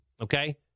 okay